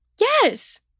yes